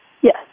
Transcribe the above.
Yes